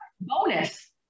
bonus